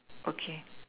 okay